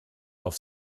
auf